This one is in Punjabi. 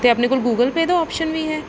ਅਤੇ ਆਪਣੇ ਕੋਲ ਗੂਗਲ ਪੇਅ ਦਾ ਔਪਸ਼ਨ ਵੀ ਹੈ